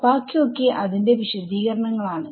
ബാക്കിയൊക്കെ അതിന്റെ വിശദീകരണങ്ങൾ ആണ്